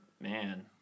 man